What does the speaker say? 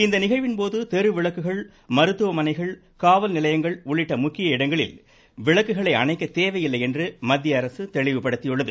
இந்த நிகழ்வின் போது தெருவிளக்குகள் மருத்துவமனைகள் காவல்நிலையங்கள் உள்ளிட்ட முக்கிய இடங்களில் விளக்குகளை அணைக்கத் தேவையில்லை என்று மத்திய அரசு தெளிவுபடுத்தியுள்ளது